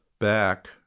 Back